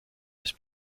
was